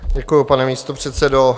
Děkuji, pane místopředsedo.